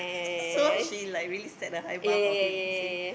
so she like really set the high bar for him you see